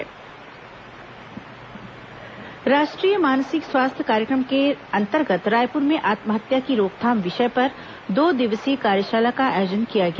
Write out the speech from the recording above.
आत्महत्या रोकथाम कार्यशाला राष्ट्रीय मानसिक स्वास्थ्य कार्यक्रम के अंतर्गत रायपुर में आत्महत्या की रोकथाम विषय पर दो दिवसीय कार्यशाला का आयोजन किया गया